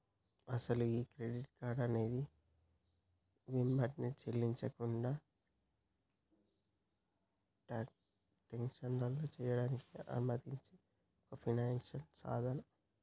అసలు ఈ credit card అనేది వెంబటే చెల్లించకుండా ట్రాన్సాక్షన్లో చేయడానికి అనుమతించే ఒక ఫైనాన్షియల్ సాధనం